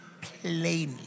plainly